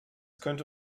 könnte